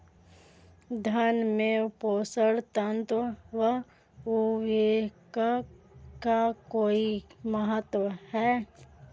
धान में पोषक तत्वों व उर्वरक का कोई महत्व है?